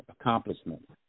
accomplishment